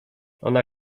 ona